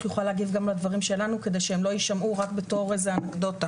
יוכל להגיב גם לדברים שלנו כדי שהם לא ישמעו רק בתור איזה אנקדוטה.